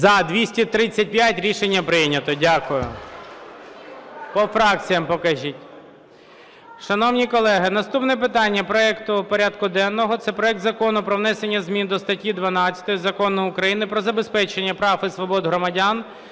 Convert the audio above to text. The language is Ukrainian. За-235 Рішення прийнято. Дякую. По фракціях покажіть. Шановні колеги, наступне питання проекту порядку денного – це проект Закону про внесення змін до статті 12 Закону України "Про забезпечення прав і свобод громадян